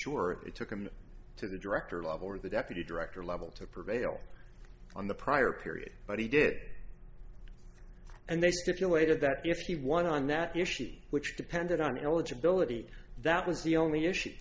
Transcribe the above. sure it took him to the director level of the deputy director level to prevail on the prior period but he did and they stipulated that if he won on that issue which depended on eligibility that was the only issue